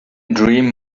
dream